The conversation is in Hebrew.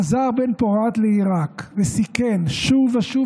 חזר בן-פורת לעיראק וסיכן שוב ושוב